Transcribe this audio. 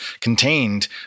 contained